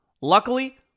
Luckily